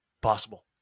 possible